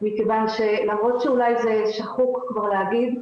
מכיוון שלמרות זה אולי שחוק כבר להגיד,